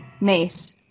mate